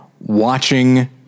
watching